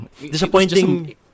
Disappointing